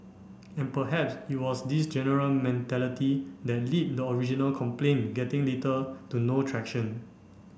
and perhaps it was this general mentality that lead to the original complaint getting little to no traction